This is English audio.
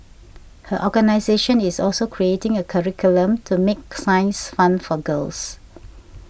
her organisation is also creating a curriculum to make science fun for girls